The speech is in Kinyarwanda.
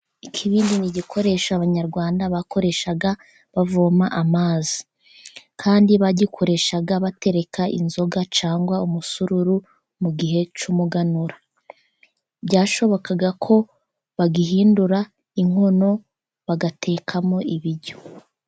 Ikibindi ni igikoresh, abanyarwanda bakoreshaga, bavoma amazi. Kandi bagikoreshaga batereka inzoga, cyangwa umusururu mu gihe cy'umuganura, byashobokaga ko bagihindura inkono, bagatekamo ibiryo.